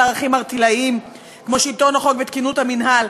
ערכים ערטילאיים כמו שלטון החוק ותקינות המינהל,